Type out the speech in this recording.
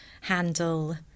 handle